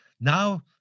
now